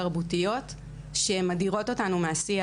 תרבותיות שמדירות אותנו מהשיח.